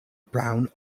brown